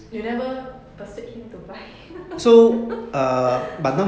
you never persuade him to buy